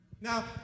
Now